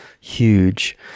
huge